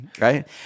Right